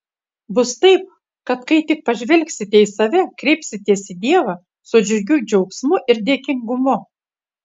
bus taip kad kai tik pažvelgsite į save kreipsitės į dievą su džiugiu džiaugsmu ir dėkingumu